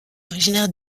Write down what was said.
originaire